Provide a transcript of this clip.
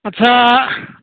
আচ্ছা